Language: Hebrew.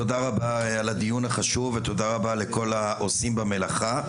תודה רבה על הדיון החשוב ותודה רבה לכל העושים במלאכה.